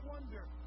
wonder